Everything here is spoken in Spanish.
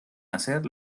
hacer